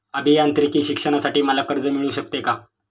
अभियांत्रिकी शिक्षणासाठी मला कर्ज मिळू शकते का?